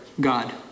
God